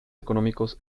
económicos